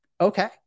Okay